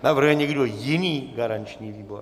Navrhuje někdo jiný garanční výbor?